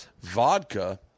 Vodka